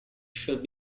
should